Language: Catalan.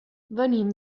venim